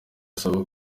basabwa